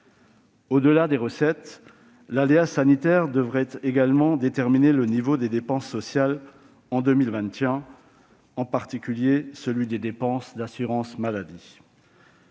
Au-delà des recettes, l'aléa sanitaire devrait également déterminer le niveau des dépenses sociales en 2021, en particulier celui des dépenses d'assurance maladie.